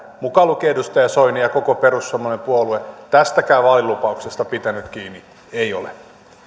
mukaan lukien edustaja soini ja koko perussuomalainen puolue tästäkään vaalilupauksesta pitänyt kiinni ei ole